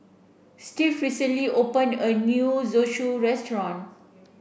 Steve recently open a new Zosui restaurant